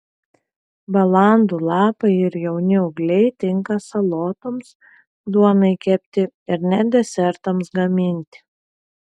balandų lapai ir jauni ūgliai tinka salotoms duonai kepti ir net desertams gaminti